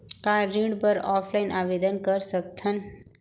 का ऋण बर ऑफलाइन आवेदन कर सकथन?